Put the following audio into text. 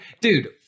dude